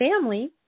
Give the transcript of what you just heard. family